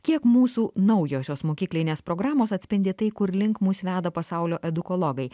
kiek mūsų naujosios mokyklinės programos atspindi tai kur link mus veda pasaulio edukologai